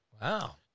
Wow